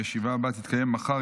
הישיבה הבאה תתקיים מחר,